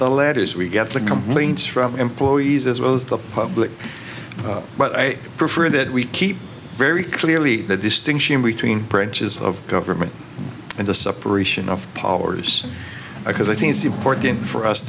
from employees as well as the public but i prefer that we keep very clearly that distinction between branches of government and the separation of powers because i think it's important for us